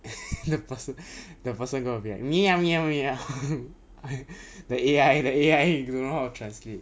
the person the person gonna be like me the A_I the A_I don't know how to translate